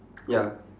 ya